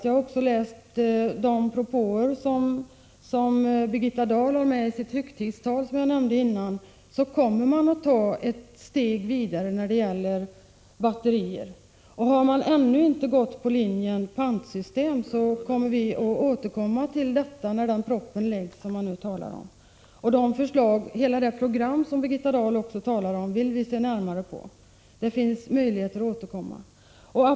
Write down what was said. Jag har också läst de propåer som Birgitta Dahl hade med i sitt högtidstal, som jag nämnde tidigare. Detta innebär att man kommer att ta ett steg vidare i fråga om batterier. Och har man ännu inte gått på linjen att man skall införa ett pantsystem, kommer vi att återkomma till detta när den proposition man nu talar om läggs fram. Vi vill se närmare på hela det program som Birgitta Dahl talar om. Det finns möjligheter att återkomma till detta.